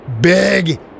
big